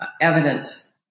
evident